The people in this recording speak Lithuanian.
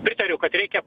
pritariu kad reikia